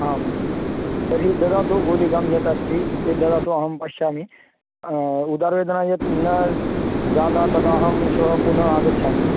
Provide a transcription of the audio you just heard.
आं तर्हि ददातु गुलिकां यत् अस्ति चेत् ददातु अहं पश्यामि उदरवेदना यत् न जाता तदाहं श्वः पुनः आगच्छामि